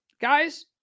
guys